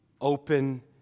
open